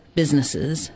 businesses